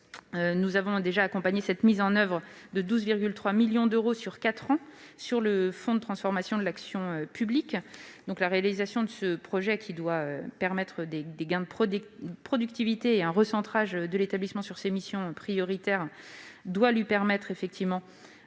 nous avons déjà accompagné cette mise en oeuvre de 12,3 millions d'euros sur quatre ans au titre du fonds pour la transformation de l'action publique. La réalisation de ce projet doit permettre des gains de productivité et un recentrage de l'établissement sur ses missions prioritaires, afin de participer